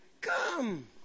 Come